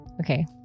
Okay